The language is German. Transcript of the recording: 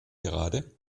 gerade